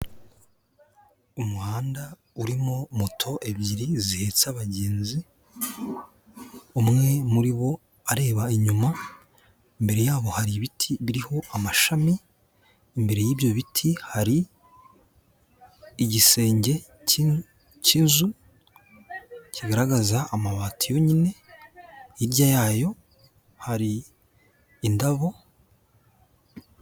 Umuhanda urimo moto ebyiri zihetse abagenzi, umwe muri bo areba inyuma, imbere yabo hari ibiti biriho amashami, imbere y'ibyo biti hari igisenge cy'ikinzu kigaragaza amabati yonyine, hirya yayo hari indabo.